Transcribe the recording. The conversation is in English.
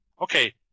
Okay